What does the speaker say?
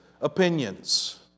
opinions